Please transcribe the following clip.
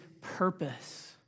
Purpose